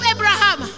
Abraham